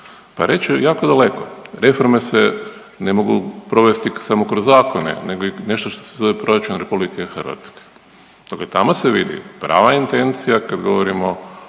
Pa reći ću, jako daleko. Reforme se ne mogu provesti samo kroz zakone nego i nešto što se zove proračun RH. Dakle tamo se vidi prava intencija kad govorimo